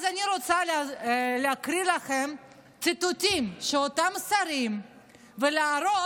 אז אני רוצה להקריא לכם ציטוטים של אותם שרים ולהראות